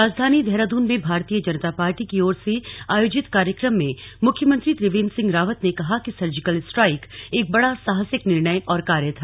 राजधानी देहरादून में भारतीय जनता पार्टी की ओर से आयोजित कार्यक्रम में मुख्यमंत्री त्रिवेन्द्र सिंह रावत ने कहा कि सर्जिकल स्ट्राइक एक बड़ा साहसिक निर्णय और कार्य था